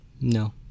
No